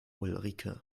ulrike